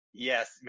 Yes